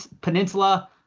peninsula